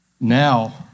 Now